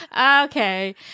Okay